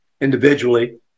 individually